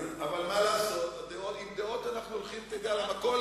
אבל מה לעשות, עם דעות אנחנו הולכים למכולת.